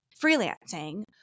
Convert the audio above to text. freelancing